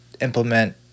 implement